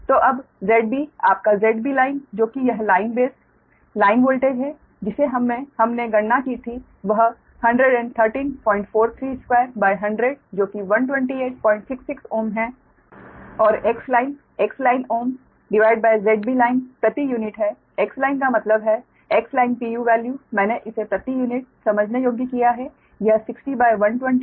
तो अब ZB आपका ZBline जो कि यह लाइन बेस लाइन वोल्टेज है जिसे हमने गणना की थी वह 113432100 जो कि 12866Ω है और Xline XlineΩ ZBline प्रति यूनिट है Xline का मतलब है Xline वैल्यू मैंने इसे प्रति यूनिट समझने योग्य किया है